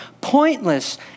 pointless